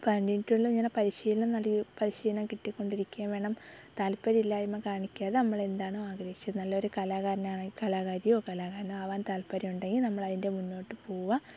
അപ്പം അതിന് വേണ്ടിട്ടുള്ള പരിശീലനം നല്കി പരിശീലനം കിട്ടിക്കൊണ്ടിരിക്കുകയും വേണം താല്പര്യം ഇല്ലായ്മ കാണിക്കാതെ നമ്മളെന്താണോ ആഗ്രഹിച്ചത് നല്ല ഒരു കലാകാരനാണെങ്കിൽ കലാകാരിയോ കലാകാരനോ ആവാൻ താല്പര്യം ഉണ്ടെങ്കിൽ നമ്മൾ അതിൻ്റെ മുന്നോട്ട് പോകാൻ